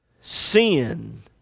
Sin